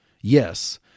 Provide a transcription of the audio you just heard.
Yes